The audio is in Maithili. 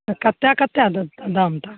तऽ कतेक कतेक दाम तक